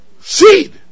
seed